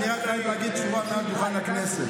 אני רק אומר את זה פה מעל דוכן הכנסת.